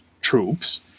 troops